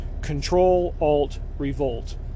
Control-Alt-Revolt